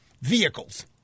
vehicles